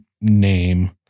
name